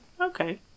Okay